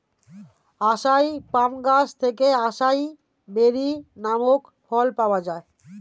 আসাই palm গাছ থেকে acai berry নামক ফল পাওয়া যায়